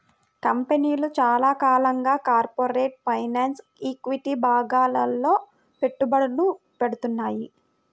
కంపెనీలు చాలా కాలంగా కార్పొరేట్ ఫైనాన్స్, ఈక్విటీ విభాగాల్లో పెట్టుబడులు పెడ్తున్నాయి